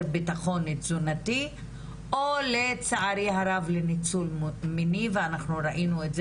ביטחון תזונתי או לצערי הרב לניצול מיני ואנחנו ראינו את זה